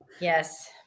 Yes